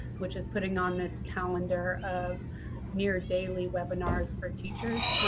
which is putting on this calendar of near daily webinars for teachers.